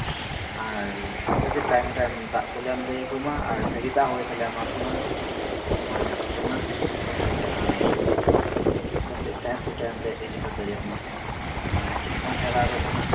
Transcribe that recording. ᱟᱨ time time ᱫᱟᱜ ᱠᱚᱞᱮ ᱮᱢ ᱫᱟᱲᱮᱭᱟᱠᱚ ᱢᱟ ᱟᱨ ᱵᱷᱟᱜᱮ ᱫᱟᱜ ᱦᱚᱸ ᱡᱟᱛᱮ ᱞᱮ ᱮᱢᱟᱯᱮ ᱢᱟ ᱚᱱᱟᱧ ᱟᱥᱚᱜ ᱠᱟᱱᱟ ᱟᱨ ᱡᱟᱛᱮ ᱴᱟᱭᱤᱢ ᱴᱩ ᱴᱟᱭᱤᱢ ᱞᱮ ᱰᱮᱞᱤᱵᱷᱟᱨ ᱫᱟᱲᱮᱭᱟᱜ ᱢᱟ ᱚᱱᱟ ᱪᱷᱟᱲᱟ ᱟᱨᱚ ᱡᱟᱦᱟᱱᱟᱜ